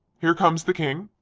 here comes the king.